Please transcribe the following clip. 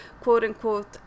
quote-unquote